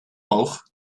oog